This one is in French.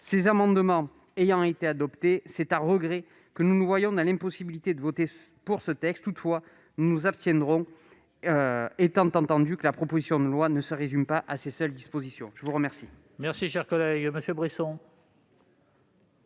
Ces amendements ayant été adoptés, c'est à regret que nous nous voyons dans l'impossibilité de voter pour ce texte. Toutefois, nous nous abstiendrons, étant entendu que la proposition de loi ne se résume pas à ces seules dispositions. La parole